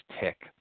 tick